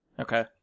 Okay